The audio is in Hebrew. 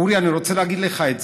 אורי, אני רוצה להגיד לך את זה.